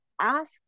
ask